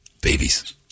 Babies